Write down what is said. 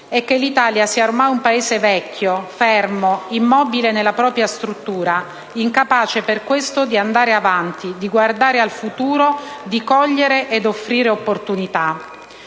è che l'Italia sia ormai un Paese vecchio, fermo, immobile nella propria struttura, incapace per questo di andare avanti, di guardare al futuro, di cogliere ed offrire opportunità.